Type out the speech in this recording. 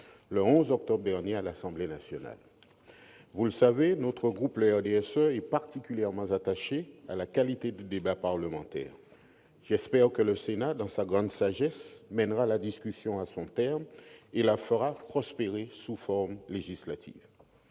le 11 octobre dernier à l'Assemblée nationale. Vous le savez, notre groupe, le RDSE, est particulièrement attaché à la qualité du débat parlementaire ; j'espère que le Sénat, dans sa grande sagesse, mènera la discussion à son terme et la fera prospérer sous forme législative.